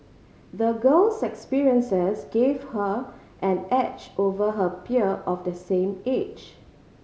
the girl's experiences gave her an edge over her peer of the same age